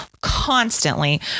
constantly